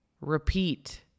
Repeat